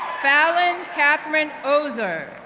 fallon catharine oeser,